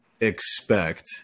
expect